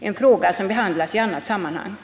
en fråga som behandlas i annat sammanhang.